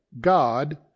God